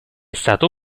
stato